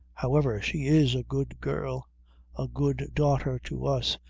however, she is a good girl a good daughter to us,